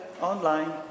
online